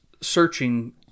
searching